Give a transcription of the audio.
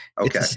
okay